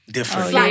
Different